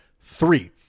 Three